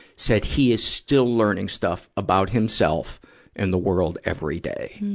said he is still learning stuff about himself and the world every day.